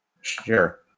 Sure